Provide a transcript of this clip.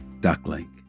duckling